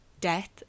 death